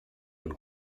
und